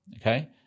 okay